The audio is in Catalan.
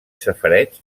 safareig